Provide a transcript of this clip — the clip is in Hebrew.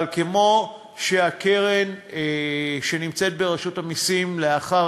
אבל כמו שבקרן שנמצאת ברשות המסים לאחר